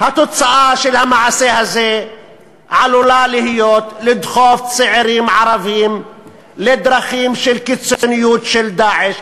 של המעשה הזה עלולה לדחוף צעירים ערבים לדרכים של קיצוניות של "דאעש".